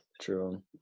True